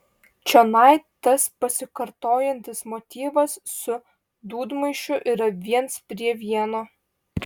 čionai tas pasikartojantis motyvas su dūdmaišiu yra viens prie vieno